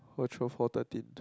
who throw four thirteen